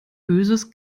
böses